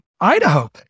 Idaho